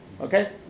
Okay